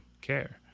care